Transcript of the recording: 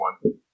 one